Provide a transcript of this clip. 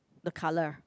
the colour